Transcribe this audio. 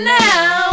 now